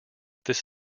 this